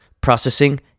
processing